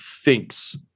thinks